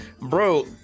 Bro